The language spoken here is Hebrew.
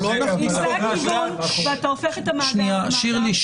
אנחנו לא נכניס פה --- אם זה הכיוון ואתה הופך את המאגר --- שירלי,